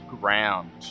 ground